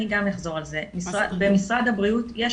אני גם אחזור על זה: במשרד הבריאות יש